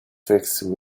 fixed